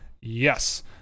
Yes